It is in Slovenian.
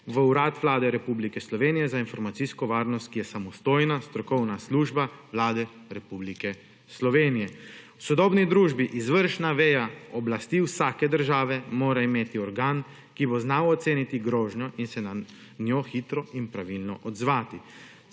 v Urad Vlade Republike Slovenije za informacijsko varnost, ki je samostojna strokovna služba Vlade Republike Slovenije. V sodobni družbi izvršna veja oblasti vsake države mora imeti organ, ki bo znal oceniti grožnjo in se na njo hitro in pravilno odzvati.